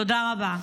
תודה רבה.